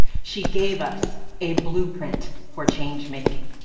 she gave us a blueprint for change-making.